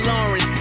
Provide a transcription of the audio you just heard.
Lauren